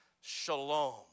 Shalom